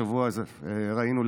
השבוע ראינו,